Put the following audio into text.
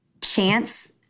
chance